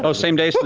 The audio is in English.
so same day?